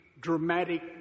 dramatic